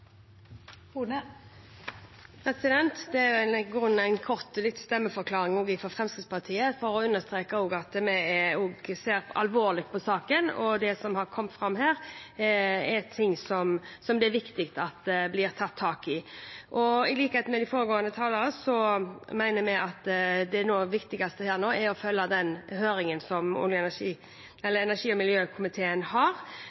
vel i grunnen en kort stemmeforklaring også fra Fremskrittspartiet, for å understreke at vi ser alvorlig på saken. Det som har kommet fram her, er ting som det er viktig at blir tatt tak i. I likhet med de foregående talerne mener vi at det viktigste nå er å følge den høringen som energi- og miljøkomiteen har. Så kommer også Riksrevisjonens gransking, og jeg er helt sikker på at kontroll- og konstitusjonskomiteen senere kan få tak i denne saken. Jeg har